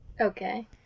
Okay